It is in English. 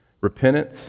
repentance